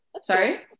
sorry